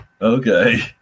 Okay